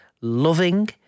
loving